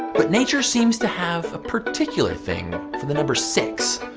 but nature seems to have a particular thing for the number six.